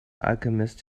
alchemist